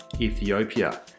Ethiopia